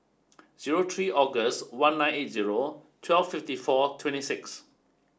zero three August one nine eight zero twelve fifty four twenty six